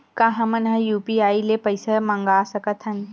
का हमन ह यू.पी.आई ले पईसा मंगा सकत हन?